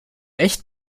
echt